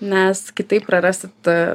nes kitaip prarasit